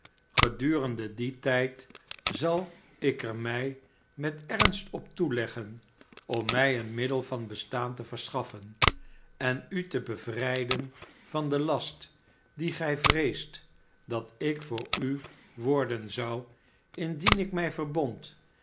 gedurende dien tijd zal ik er mij met ernst op toeleggen om mij een middel van bestaan te verschaffen en u te bevrijden van den last dien gij vreest dat ik voor u worden zou indien ik mij verbond